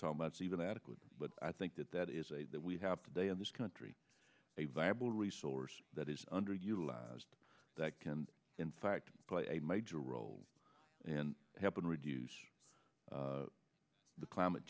months even adequate but i think that that is a that we have today in this country a viable resource that is underutilized that can in fact play a major role in helping reduce the climate